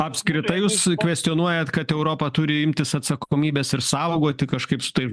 apskritai jūs kvestionuojat kad europa turi imtis atsakomybės ir saugoti kažkaip su tais